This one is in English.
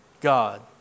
God